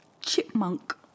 Chipmunk